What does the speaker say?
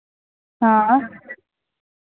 ᱦᱮᱸ